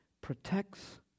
protects